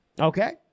Okay